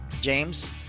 James